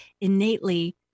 innately